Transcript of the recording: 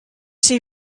see